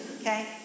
okay